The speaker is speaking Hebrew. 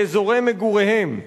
באזורי מגוריהם,